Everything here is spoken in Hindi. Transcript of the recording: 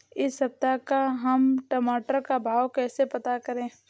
इस सप्ताह का हम टमाटर का भाव कैसे पता करें?